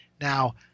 Now